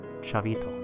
Chavito